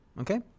Okay